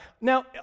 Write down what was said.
Now